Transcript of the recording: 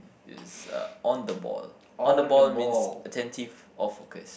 is uh on the ball on the ball means attentive or focus